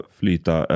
flyta